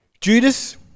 Judas